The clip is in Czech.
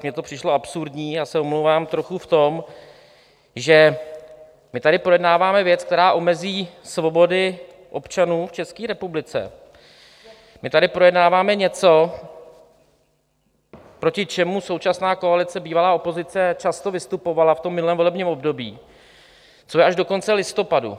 Mně to přišlo absurdní, já se omlouvám, trochu v tom, že my tady projednáváme věc, která omezí svobody občanů v České republice, my tady projednáváme něco, proti čemu současná koalice, bývalá opozice, často vystupovala v tom minulém volebním období, co je až do konce listopadu.